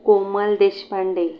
Komal Deshpande